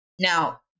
Now